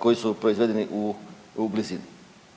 koji su proizvedeni u blizini.